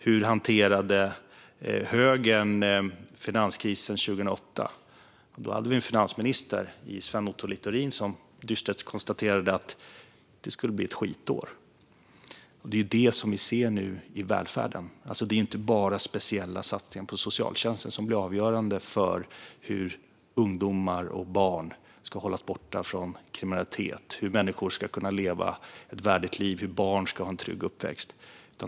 Hur hanterade högern finanskrisen 2008? Då hade vi en arbetsmarknadsminister i Sven Otto Littorin som dystert konstaterade att det skulle bli ett "skitår". Detta kan vi nu se i välfärden. Det är inte bara speciella satsningar på socialtjänsten som blir avgörande för hur ungdomar och barn ska hållas borta från kriminalitet, hur människor ska kunna leva ett värdigt liv och hur barn ska kunna ha en trygg uppväxt.